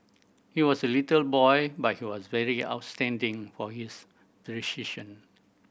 he was a little boy but he was very outstanding for his precision